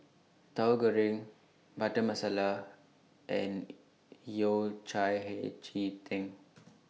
Tauhu Goreng Butter Masala and Yao Cai Hei Ji Tang